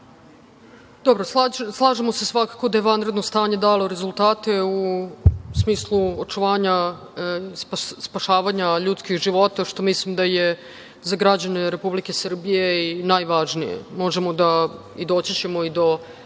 vam. Dobro, slažemo se svakako da je vanredno stanje dalo rezultate u smislu očuvanja, spašavanja ljudskih života, što mislim da je za građane Republike Srbije i najvažnije. Možemo i doći ćemo do